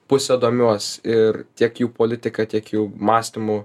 puse domiuos ir tiek jų politika tiek jų mąstymu